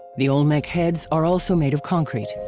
the olmec heads are also made of concrete.